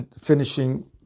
finishing